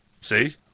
See